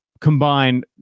combine